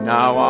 Now